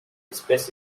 espèce